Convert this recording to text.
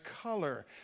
color